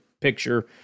picture